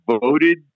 voted